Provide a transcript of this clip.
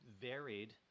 varied